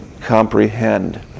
comprehend